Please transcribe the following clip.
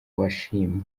washimye